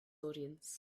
audience